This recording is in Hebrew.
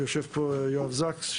יושב פה יואב זקס,